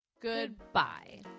Goodbye